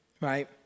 Right